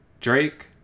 Drake